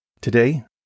Today